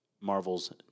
Marvel's